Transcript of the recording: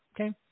Okay